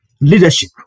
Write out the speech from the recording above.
leadership